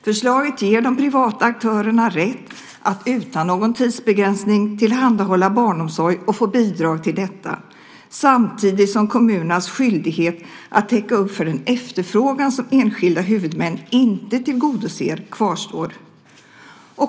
Förslaget ger de privata aktörerna rätt att utan någon tidsbegränsning tillhandahålla barnomsorg och få bidrag till detta, samtidigt som kommunernas skyldighet att täcka upp för den efterfrågan som enskilda huvudmän inte tillgodoser kvarstår.